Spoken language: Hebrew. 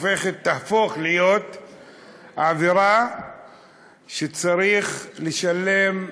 יהפוך להיות עבירה שצריך לשלם,